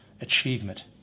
achievement